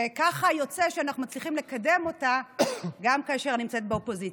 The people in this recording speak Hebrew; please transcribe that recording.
וככה יוצא שאנחנו מצליחים לקדם אותה גם כאשר אני נמצאת באופוזיציה.